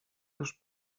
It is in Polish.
już